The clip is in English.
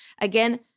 Again